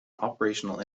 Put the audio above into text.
operational